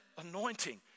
anointing